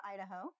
Idaho